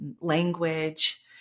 language